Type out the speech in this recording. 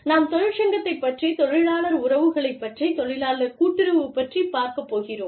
நாம் தொழிற்சங்கத்தைப் பற்றி தொழிலாளர் உறவுகளைப் பற்றி தொழிலாளர் கூட்டுறவு பற்றிப் பார்க்கப் போகிறோம்